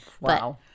Wow